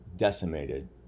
decimated